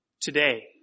today